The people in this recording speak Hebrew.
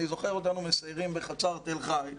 אני זוכר אותנו מסיירים בחצר תל-חי,